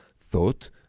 thought